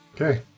Okay